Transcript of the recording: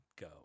go